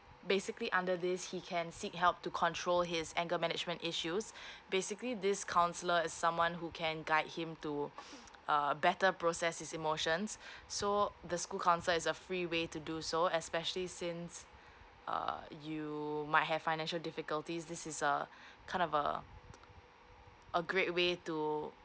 basically under this he can seek help to control his anger management issues basically this counsellor is someone who can guide him to uh a better process his emotions so the school counsellor is a free way to do so especially since uh you might have financial difficulties this is uh kind of uh a great way to